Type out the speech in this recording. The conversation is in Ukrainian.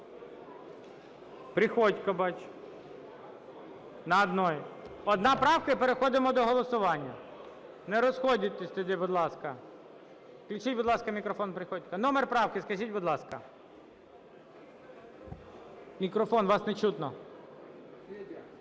Приходько бачу. На одній. Одна правка і переходимо до голосування. Не розходьтесь тоді, будь ласка. Включіть, будь ласка, мікрофон Приходько. Номер правки скажіть, будь ласка. В мікрофон, вас нечутно.